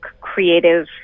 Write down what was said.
creative